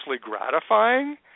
gratifying